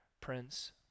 Prince